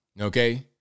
Okay